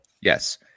yes